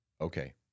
Okay